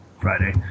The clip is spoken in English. Friday